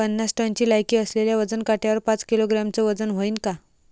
पन्नास टनची लायकी असलेल्या वजन काट्यावर पाच किलोग्रॅमचं वजन व्हईन का?